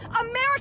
America